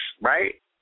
right